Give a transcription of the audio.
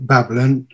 Babylon